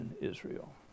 Israel